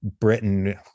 Britain